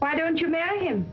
why don't you marry him